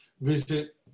visit